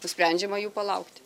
nusprendžiama jų palaukti